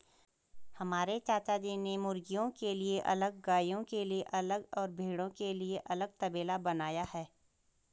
हमारे चाचाजी ने मुर्गियों के लिए अलग गायों के लिए अलग और भेड़ों के लिए अलग तबेला बनाया है